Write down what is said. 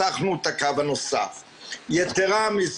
והתחבורה הציבורית ברור שהיא זמינה יותר